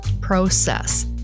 process